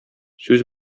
сүз